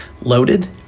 loaded